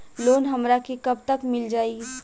Loan हमरा के कब तक मिल जाई?